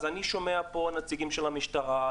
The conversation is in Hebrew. אני שומע פה נציגים של המשטרה,